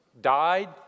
died